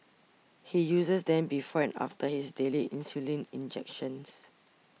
he uses them before and after his daily insulin injections